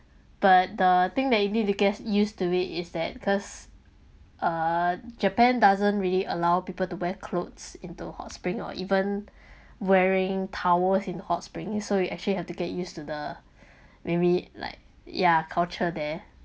but the thing that you need to get used to it is that cause uh japan doesn't really allow people to wear clothes into hot spring or even wearing towels in hot springy so you actually have to get used to the maybe like yeah culture there